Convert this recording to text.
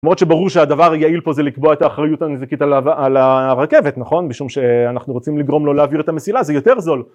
למרות שברור שהדבר היעיל פה זה לקבוע את האחריות הנזקית על הרכבת, נכון? משום שאנחנו רוצים לגרום לו להעביר את המסילה, זה יותר זול